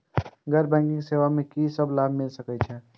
गैर बैंकिंग सेवा मैं कि सब लाभ मिल सकै ये?